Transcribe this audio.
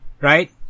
right